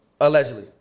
Allegedly